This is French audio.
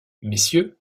messieurs